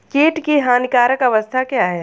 कीट की हानिकारक अवस्था क्या है?